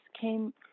came